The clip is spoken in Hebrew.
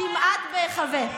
כמעט בהיחבא.